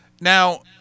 Now